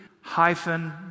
hyphen